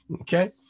Okay